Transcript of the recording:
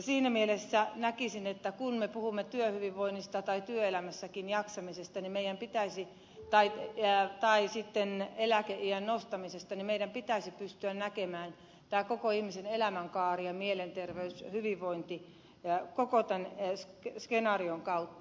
siinä mielessä näkisin että kun me puhumme työhyvinvoinnista tai työelämässä jaksamisesta tai sitten eläkeiän nostamisesta niin meidän pitäisi pystyä näkemään tämä koko ihmisen elämänkaari ja mielenterveys hyvinvointi koko tämän skenaarion kautta